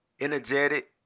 Energetic